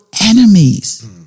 enemies